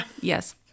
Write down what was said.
yes